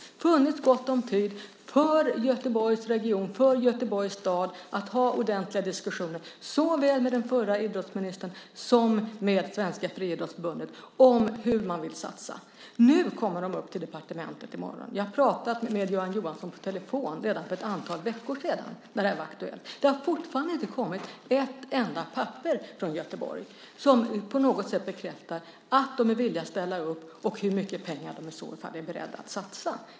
Det har funnits gott om tid för Göteborgs region och Göteborgs stad att föra ordentliga diskussioner, såväl med den förra idrottsministern som med Svenska Friidrottsförbundet, om hur man vill satsa. Nu kommer de upp till departementet i morgon. Jag har pratat med Göran Johansson i telefon redan för ett antal veckor sedan, när det här var aktuellt. Det har fortfarande inte kommit ett enda papper från Göteborg som på något sätt bekräftar att de är villiga att ställa upp och hur mycket pengar de i så fall är beredda att satsa.